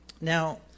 Now